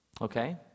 Okay